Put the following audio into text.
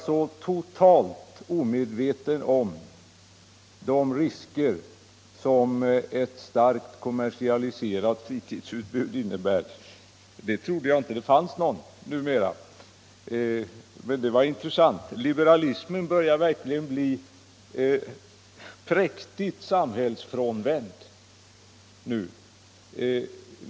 Så totalt omedveten om de risker som ett starkt kommersialiserat fritidsutbud innebär trodde jag inte det fanns någon som var numera. Det var intressant. Liberalismen börjår verkligen nu att bli präktigt samhällsfrånvänd.